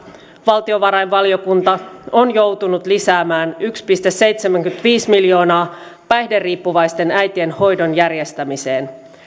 valtiovarainvaliokunta on joutunut lisäämään yksi pilkku seitsemänkymmentäviisi miljoonaa päihderiippuvaisten äitien hoidon järjestämiseen